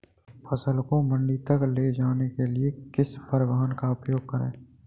फसल को मंडी तक ले जाने के लिए किस परिवहन का उपयोग करें?